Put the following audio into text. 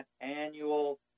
annual